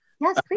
Yes